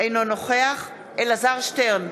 אינו נוכח אלעזר שטרן,